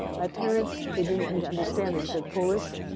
my parents, if they didn't want me to understand, they spoke polish.